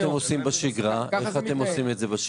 איך אתם עושים את זה בשגרה?